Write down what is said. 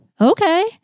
Okay